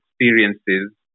experiences